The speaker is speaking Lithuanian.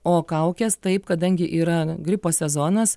o kaukės taip kadangi yra gripo sezonas